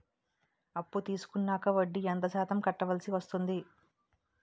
అప్పు తీసుకున్నాక వడ్డీ ఎంత శాతం కట్టవల్సి వస్తుంది?